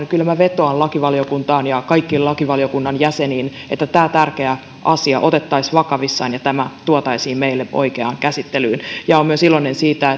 kyllä minä vetoan lakivaliokuntaan ja kaikkiin lakivaliokunnan jäseniin että tämä tärkeä asia otettaisiin vakavissaan ja tämä tuotaisiin meille oikeaan käsittelyyn olen myös iloinen siitä